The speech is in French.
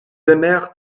aimèrent